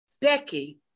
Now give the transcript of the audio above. Becky